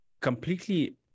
completely